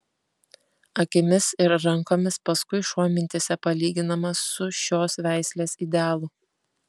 akimis ir rankomis paskui šuo mintyse palyginamas su šios veislės idealu